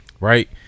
right